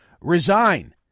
resign